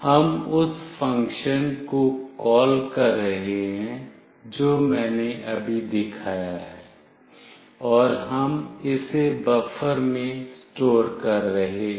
हम उस फ़ंक्शन को कॉल कर रहे हैं जो मैंने अभी दिखाया है और हम इसे बफर में स्टोर कर रहे हैं